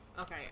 Okay